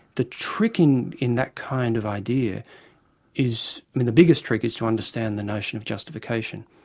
the trick in in that kind of idea is, i mean the biggest trick is to understand the notion of justification.